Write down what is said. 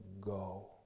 go